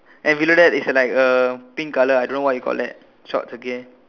and below that it's like a pink color I don't know what you call that shorts again